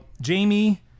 Jamie